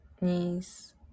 knees